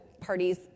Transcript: parties